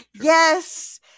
Yes